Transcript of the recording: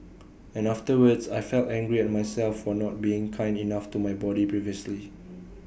and afterwards I felt angry at myself for not being kind enough to my body previously